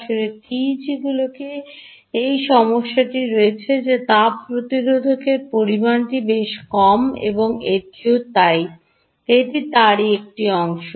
আসলে টিইজিগুলিতে এই সমস্যাটি রয়েছে যে তাপ প্রতিরোধের পরিমাণটি বেশ কম এবং এটিও তাই এটি একটি অংশ